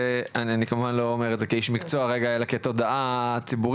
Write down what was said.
אני כמובן לא אומר את זה כאיש מקצוע אלא כתודעה ציבורית,